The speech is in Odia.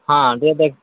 ହଁ ଟିକେ ଦେଖ